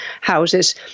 houses